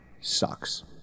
sucks